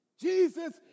Jesus